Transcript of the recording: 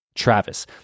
Travis